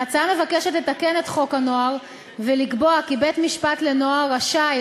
ההצעה מבקשת לתקן את חוק הנוער ולקבוע כי בית-משפט לנוער רשאי,